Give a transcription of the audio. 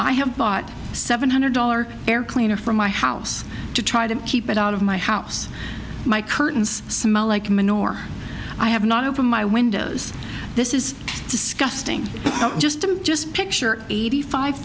i have bought seven hundred dollars air cleaner from my house to try to keep it out of my house my curtains smell like a menorah i have not opened my windows this is disgusting i'm just i'm just picture eighty five